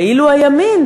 ואילו הימין,